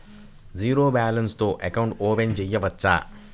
Zero balance తో account open చేయవచ్చు?